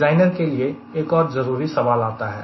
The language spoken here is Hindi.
डिजाइनर के लिए एक और जरूरी सवाल आता है